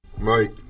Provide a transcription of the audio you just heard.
Mike